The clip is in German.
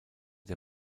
der